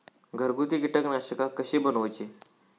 घरगुती कीटकनाशका कशी बनवूची?